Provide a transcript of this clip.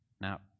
Now